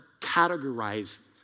categorize